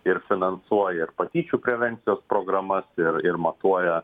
ir finansuoja ir patyčių prevencijos programas ir ir matuoja